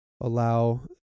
allow